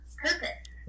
purpose